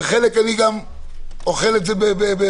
וחלק אני גם אוכל את זה בתוכי,